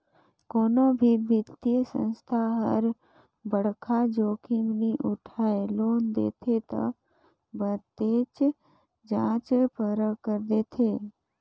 कोनो भी बित्तीय संस्था हर बड़खा जोखिम नी उठाय लोन देथे ता बतेच जांच परख कर देथे